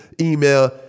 email